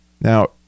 Now